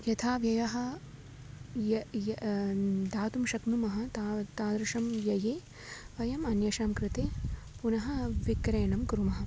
यथा व्ययः य य दातुं शक्नुमः त तादृशं व्यये अयम् अन्येषां कृते पुनः विक्रयणं कुर्मः